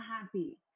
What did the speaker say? happy